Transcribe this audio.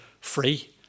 free